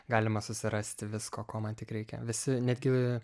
galima susirasti visko ko man tik reikia visi netgi